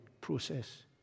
process